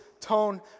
tone